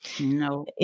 No